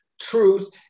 truth